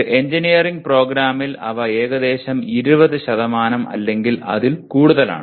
ഒരു എഞ്ചിനീയറിംഗ് പ്രോഗ്രാമിൽ അവ ഏകദേശം 20 അല്ലെങ്കിൽ അതിൽ കൂടുതലാണ്